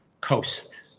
coast